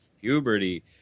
puberty